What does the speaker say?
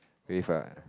with a